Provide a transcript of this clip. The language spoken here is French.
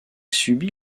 subit